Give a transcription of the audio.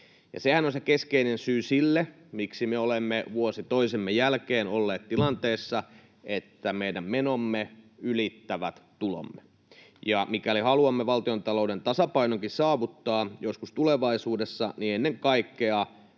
Sehän on se keskeinen syy sille, miksi me olemme vuosi toisensa jälkeen olleet tilanteessa, että meidän menomme ylittävät tulomme. Mikäli haluamme valtiontalouden tasapainonkin saavuttaa joskus tulevaisuudessa, niin ennen kaikkea